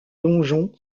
donjon